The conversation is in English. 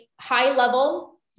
high-level